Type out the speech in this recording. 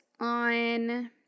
on